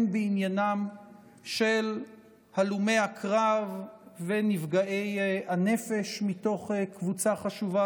הן בעניינם של הלומי הקרב ונפגעי הנפש מתוך קבוצה חשובה